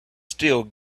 still